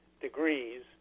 degrees